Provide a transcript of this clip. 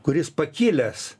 kuris pakilęs